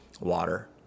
water